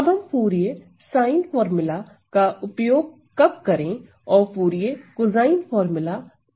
अब हम Fourier sine formula का उपयोग कब करें और फूरिये कोसाइन फार्मूला का कब